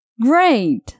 Great